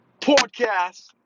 podcast